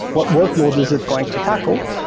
what workloads is it going to tackle?